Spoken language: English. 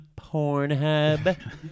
Pornhub